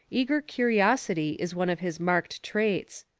eager curiosity is one of his marked traits.